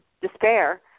despair